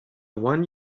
one